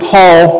Paul